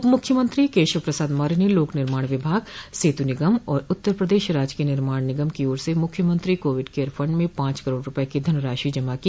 उप मुख्यमंत्री केशव प्रसाद मौर्य ने लोक निर्माण विभाग सेतु निगम और उत्तर प्रदेश राजकीय निर्माण निगम की ओर से मुख्यमंत्री कोविड केयर फंड में पांच करोड़ रूपये की धनराशि जमा की